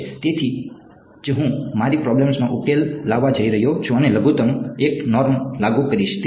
તેથી તેથી જ હું મારી પ્રોબ્લેમનો ઉકેલ લાવવા જઈ રહ્યો છું અને લઘુત્તમ l 1 નોર્મ લાગુ કરીશ